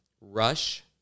rush